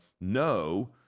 No